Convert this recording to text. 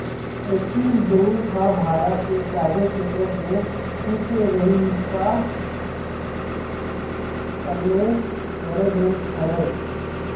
axis bank ह भारत के private छेत्र के तिसरइसा सबले बड़े बेंक हरय